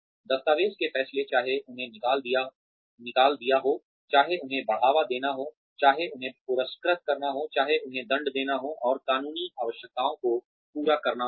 दस्तावेज़ के फैसले चाहे उन्हें निकाल दिया हो चाहे उन्हें बढ़ावा देना हो चाहे उन्हें पुरस्कृत करना हो चाहे उन्हें दंड देना हो और कानूनी आवश्यकताओं को पूरा करना हो